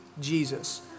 Jesus